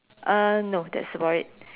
uh no that's about it